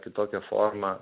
kitokia forma